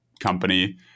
company